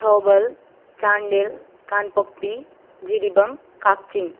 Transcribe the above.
Thoubal Chandel Kangpokpi Jiribam Kakching